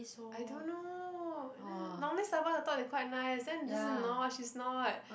I don't know normally Starbucks I thought they quite nice then this is not she's not